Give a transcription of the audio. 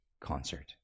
concert